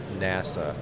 NASA